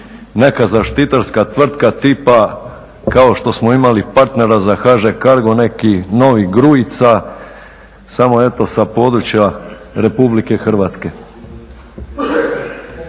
neka zaštitarska tvrtka tipa kao što smo imali partnera za HŽ Cargo neki novi Gruica samo eto sa područja RH. Ovdje se